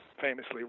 famously